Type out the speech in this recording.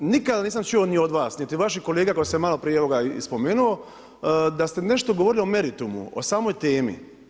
Nikada nisam čuo ni od vas niti od vaših kolega koje sam malo prije evo ga i spomenuo, da ste nešto govorili meritumu, o samoj temi.